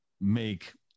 make